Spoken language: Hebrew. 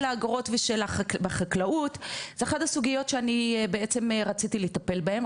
האגרות בחקלאות זה אחד הסוגיות שאני בעצם רציתי לטפל בהם,